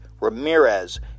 Ramirez